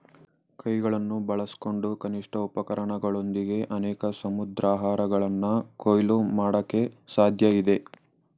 ಕೈಗಳನ್ನು ಬಳಸ್ಕೊಂಡು ಕನಿಷ್ಠ ಉಪಕರಣಗಳೊಂದಿಗೆ ಅನೇಕ ಸಮುದ್ರಾಹಾರಗಳನ್ನ ಕೊಯ್ಲು ಮಾಡಕೆ ಸಾಧ್ಯಇದೆ